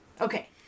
Okay